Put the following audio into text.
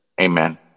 Amen